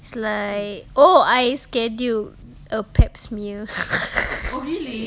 it's like oh I schedule a pap smear